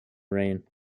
rain